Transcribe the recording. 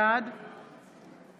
בעד